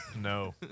No